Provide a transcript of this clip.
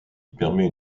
permet